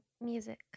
music